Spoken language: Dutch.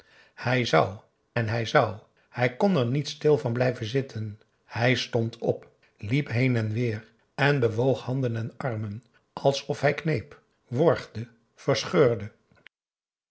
hij zou en hij zou hij kon er niet stil van blijven zitten hij stond op liep heen en weer en bewoog handen en armen alsof hij kneep worgde verscheurde